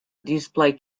display